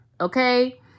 okay